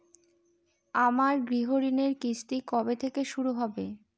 আমার গৃহঋণের কিস্তি কবে থেকে শুরু হবে?